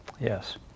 Yes